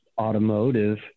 automotive